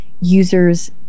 users